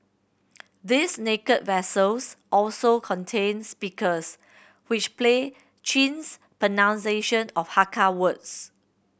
these naked vessels also contain speakers which play Chin's pronunciation of Hakka words